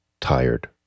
Tired